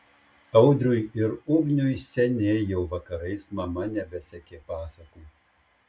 audriui ir ugniui seniai jau vakarais mama nebesekė pasakų